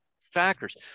factors